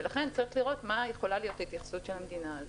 ולכן צריך לראות מה יכולה להיות התייחסות המדינה.